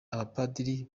abapadiri